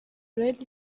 red